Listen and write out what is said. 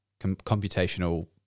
computational